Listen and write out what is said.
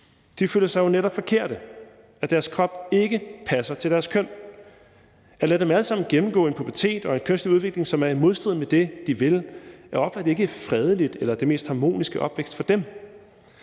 de føler sig jo netop forkerte, altså at deres krop ikke passer til deres køn. At lade dem alle sammen gennemgå en pubertet og en kønslig udvikling, som er i modstrid med det, de vil, er oplagt ikke en fredelig eller den mest harmoniske opvækst for dem;